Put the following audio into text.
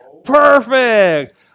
Perfect